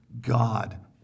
God